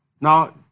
Now